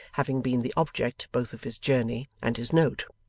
having been the object both of his journey and his note.